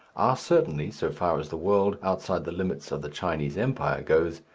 are certainly, so far as the world outside the limits of the chinese empire goes,